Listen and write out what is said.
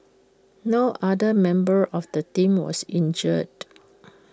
no other member of the team was injured